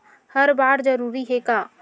हर बार जरूरी हे का?